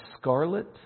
scarlet